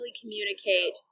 communicate